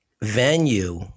venue